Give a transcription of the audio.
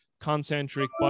concentric